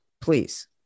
please